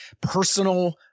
personal